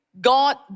God